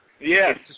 Yes